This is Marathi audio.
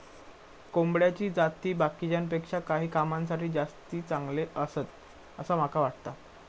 कोंबड्याची जाती बाकीच्यांपेक्षा काही कामांसाठी जास्ती चांगले आसत, असा माका वाटता